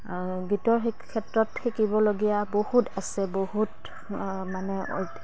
গীতৰ ক্ষেত্ৰত শিকিবলগীয়া বহুত আছে বহুত মানে